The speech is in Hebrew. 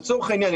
לצורך העניין,